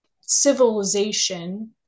civilization